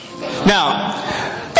Now